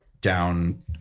down –